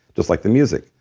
just like the music.